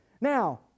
Now